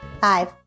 Five